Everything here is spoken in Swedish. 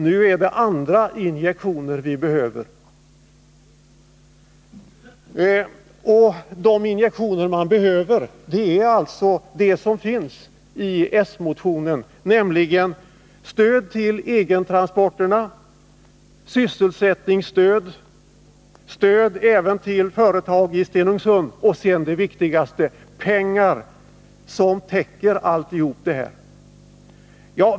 Nu är det andra injektioner vi behöver.” De injektioner som behövs är alltså det som finns i s-motionen, nämligen stöd till egentransporterna, till sysselsättningen och även till företag i Stenungsund. Men det viktigaste är pengar som täcker allt detta.